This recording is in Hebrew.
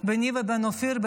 ביני לבין אופיר,